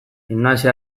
gimnasia